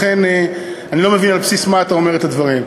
לכן אני לא מבין על בסיס מה אתה אומר את הדברים.